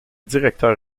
directeur